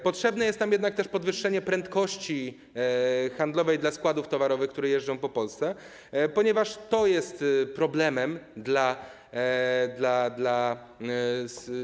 Potrzebne jest jednak też podwyższenie prędkości handlowej dla składów towarowych, które jeżdżą po Polsce, ponieważ ta prędkość jest problemem dla dostawców.